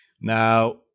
Now